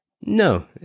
no